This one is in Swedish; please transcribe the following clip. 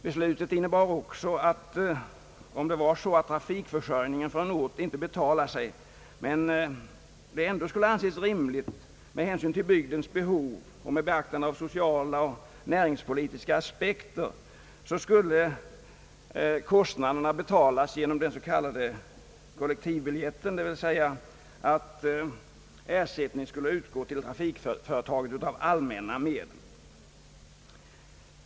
Beslutet innebar vidare att om en järnväg går med förlust men det ändå skulle anses rimligt med hänsyn till bygdens behov och med beaktande av sociala och näringspolitiska aspekter att fortsätta driften så skall kostnaderna betalas genom den s.k. kollektivbiljetten, d. v. s. ersättning till trafikföretaget skall utgå av allmänna medel.